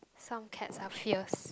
some cats are fierce